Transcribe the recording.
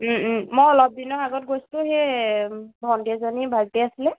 মই অলপ দিনৰ আগত গৈছোঁ সেই ভণ্টী এজনীৰ বাৰ্থ ডে আছিলে